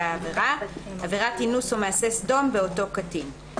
העבירה; (2)עבירת אינוס או מעשה סדום באותו קטין.".